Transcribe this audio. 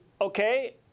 okay